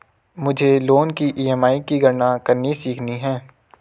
मुझे लोन की ई.एम.आई की गणना करनी सीखनी है